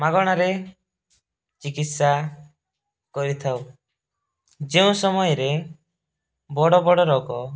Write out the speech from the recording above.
ମାଗଣାରେ ଚିକିତ୍ସା କରିଥାଉ ଯେଉଁ ସମୟରେ ବଡ଼ ବଡ଼ ରୋଗ